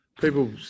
People